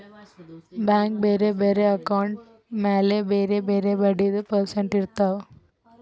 bank ಬ್ಯಾರೆ ಬ್ಯಾರೆ account ಮ್ಯಾಲ ಬ್ಯಾರೆ ಬ್ಯಾರೆ ಬಡ್ಡಿದು ಪರ್ಸೆಂಟ್ ಇರ್ತಾವ್